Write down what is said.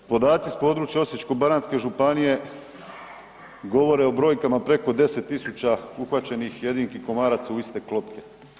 Podaci s područja Osječko-baranjske županije govore o brojkama preko 10 000 uhvaćenih jedinki komaraca u iste klopke.